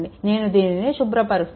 నేను దీనిని శుభ్రపరుస్తాను